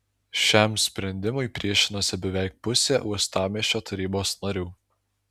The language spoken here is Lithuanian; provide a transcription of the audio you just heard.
šiam sprendimui priešinosi beveik pusė uostamiesčio tarybos narių